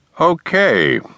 Okay